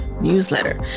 newsletter